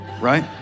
Right